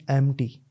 empty